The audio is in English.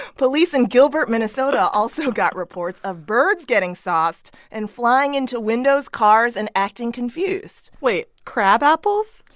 police in gilbert, minn, so but also got reports of birds getting sauced and flying into windows, cars and acting confused wait. crab apples?